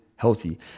Healthy